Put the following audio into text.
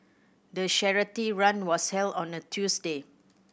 the run was held on a Tuesday